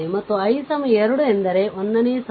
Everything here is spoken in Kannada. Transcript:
ಮತ್ತು i 2 ಎಂದರೆ iನೇ ಸಾಲು